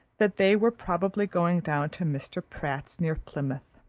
that they were probably going down to mr. pratt's, near plymouth.